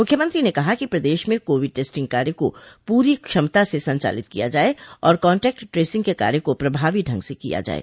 मख्यमंत्री ने कहा कि प्रदेश में कोविड टेस्टिंग कार्य को पूरी क्षमता से संचालित किया जाये और कान्टैक्ट ट्रेसिंग के कार्य को प्रभावी ढंग से किया जाये